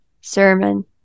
sermon